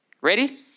Ready